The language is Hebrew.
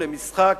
למשחק,